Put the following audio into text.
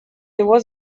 его